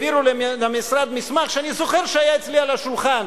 העבירו לי למשרד מסמך שאני זוכר שהיה אצלי על השולחן.